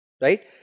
right